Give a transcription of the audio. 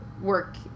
work